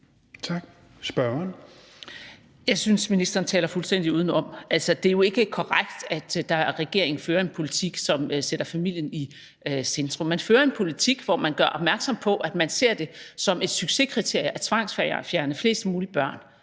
Krarup (DF): Jeg synes, ministeren taler fuldstændig udenom. Altså, det er jo ikke korrekt, at regeringen fører en politik, som sætter familien i centrum. Man fører en politik, hvor man gør opmærksom på, at man ser det som et succeskriterie at tvangsfjerne flest mulige børn.